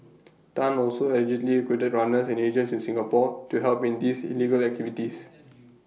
Tan also allegedly recruited runners and agents in Singapore to help in these illegal activities